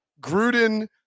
Gruden –